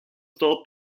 dort